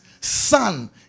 son